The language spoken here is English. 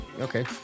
okay